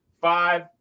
five